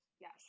Yes